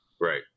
Right